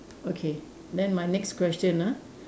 okay then my next question ah